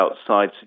outside